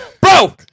bro